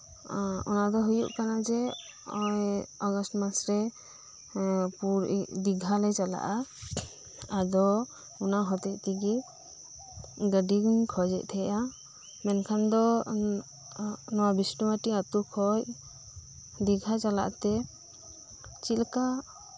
ᱚᱱᱟᱫᱚ ᱦᱩᱭᱩᱜ ᱠᱟᱱᱟᱡᱮ ᱱᱚᱜᱚᱭ ᱟᱜᱚᱥᱴ ᱢᱟᱥᱨᱮ ᱫᱤᱜᱷᱟᱞᱮ ᱪᱟᱞᱟᱜ ᱟ ᱟᱫᱚ ᱚᱱᱟ ᱦᱚᱛᱮᱡ ᱛᱮᱜᱤ ᱜᱟᱹᱰᱤᱜᱤᱧ ᱠᱷᱚᱡᱮᱫ ᱛᱟᱦᱮᱸᱜ ᱟ ᱢᱮᱱᱠᱷᱟᱱ ᱫᱚ ᱱᱚᱣᱟ ᱵᱤᱥᱱᱩ ᱯᱟᱴᱤ ᱟᱛᱩᱠᱷᱚᱡ ᱫᱤᱜᱷᱟ ᱪᱟᱞᱟᱜ ᱛᱮ ᱪᱮᱫᱞᱮᱠᱟ